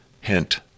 hint